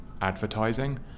advertising